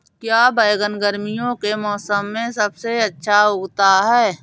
क्या बैगन गर्मियों के मौसम में सबसे अच्छा उगता है?